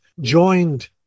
joined